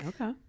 Okay